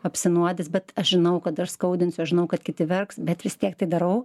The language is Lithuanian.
apsinuodys bet aš žinau kad aš skaudinsiu aš žinau kad kiti verks bet vis tiek tai darau